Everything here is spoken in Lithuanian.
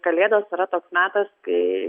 kalėdos yra toks metas kai